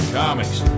comics